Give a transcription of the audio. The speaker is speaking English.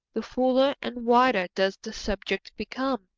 the fuller and wider does the subject become.